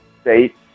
state